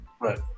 right